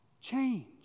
change